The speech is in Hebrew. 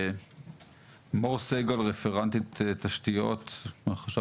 מור סגל, רפרנטית תשתיות מהחשב